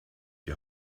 die